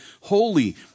holy